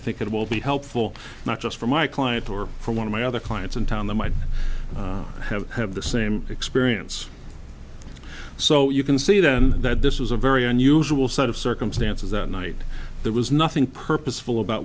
think it will be helpful not just for my clients or for one of my other clients in town that might have had the same experience so you can see then that this was a very unusual set of circumstances that night there was nothing purposeful about